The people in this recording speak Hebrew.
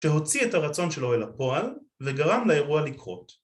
שהוציא את הרצון שלו אל הפועל וגרם לאירוע לקרות.